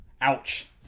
Ouch